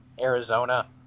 Arizona